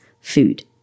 food